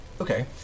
okay